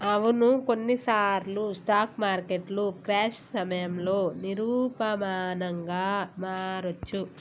అవును కొన్నిసార్లు స్టాక్ మార్కెట్లు క్రాష్ సమయంలో నిరూపమానంగా మారొచ్చు